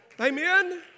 Amen